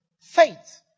Faith